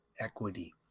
equity